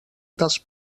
dels